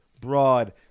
broad